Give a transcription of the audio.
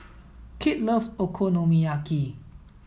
Kit love Okonomiyaki